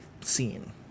scene